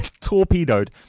torpedoed